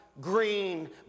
green